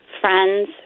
friends